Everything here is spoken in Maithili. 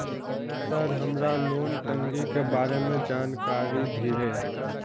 सर हमरा लोन टंगी के बारे में जान कारी धीरे?